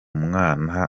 mwana